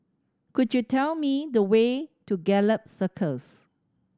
could you tell me the way to Gallop Circus